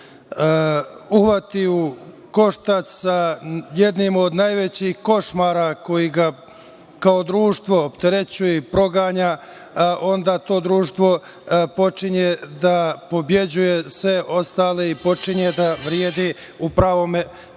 uhvati u koštac sa jednim od najvećih košmara koji ga kao društvo opterećuje i proganja, onda to društvo počinje da pobeđuje sve ostale i počinje da vredi u pravom smislu